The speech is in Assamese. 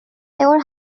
তেওঁৰ